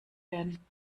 werden